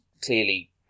clearly